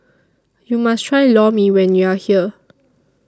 YOU must Try Lor Mee when YOU Are here